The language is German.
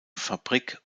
fabrik